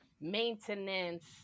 Maintenance